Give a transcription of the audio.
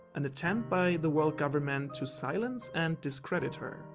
an attempt by the world government to silence and discredit her.